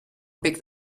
picked